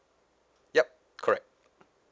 yup correct